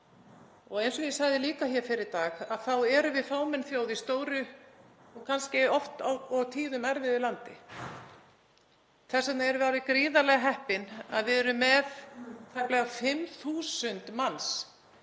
Og eins og ég sagði líka fyrr í dag þá erum við fámenn þjóð í stóru og kannski oft og tíðum erfiðu landi. Þess vegna erum við alveg gríðarlega heppin að við erum með tæplega 5.000 manns